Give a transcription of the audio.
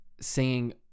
singing